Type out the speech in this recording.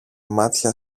μάτια